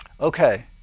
Okay